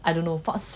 I don't know